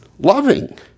loving